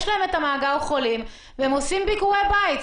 יש להם מאגר חולים והם עושים ביקורי בית,